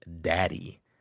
daddy